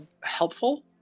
helpful